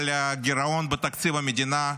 על הגירעון בתקציב המדינה,